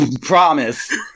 Promise